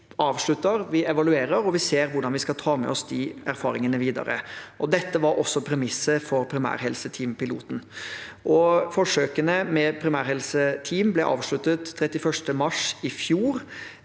vi avslutter, vi evaluerer, og vi ser hvordan vi skal ta med oss de erfaringene videre. Dette var også premisset for primærhelseteampiloten. Forsøkene med primærhelseteam ble avsluttet 31. mars i fjor.